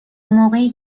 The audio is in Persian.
موقعی